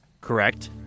Correct